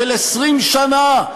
20 שנה,